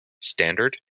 standard